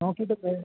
നോക്കീട്ട് പെ